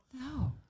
No